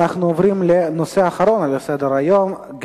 אנחנו עוברים לנושא האחרון על סדר-היום: הצעה לסדר-היום מס' 2284,